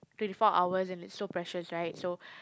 twenty four hours and it's so precious right so